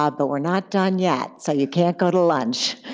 ah but we're not done yet so you can't go to lunch.